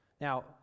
Now